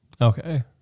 Okay